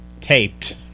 taped